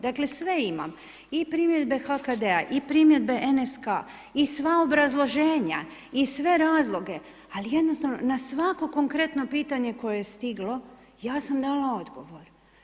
Dakle sve imam i primjedbe HKD-a i primjedbe NSK i sva obrazloženja i sve razloge ali jednostavno, na svako konkretno pitanje koje je stiglo ja sam dala odgovor.